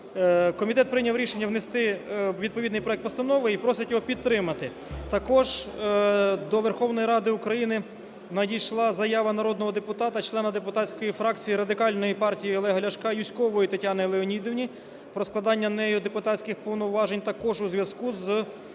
Комітет прийняв рішення внести відповідний проект постанови і просить його підтримати. Також до Верховної Ради України надійшла заява народного депутата, члена депутатської фракції Радикальної партії Олега Ляшка Юзькової Тетяни Леонідівни про складання нею депутатських повноважень також у зв'язку з призначенням